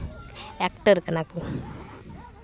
actor ᱠᱟᱱᱟ ᱠᱚ